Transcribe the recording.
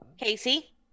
Casey